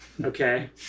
Okay